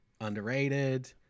underrated